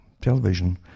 television